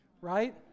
Right